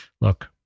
Look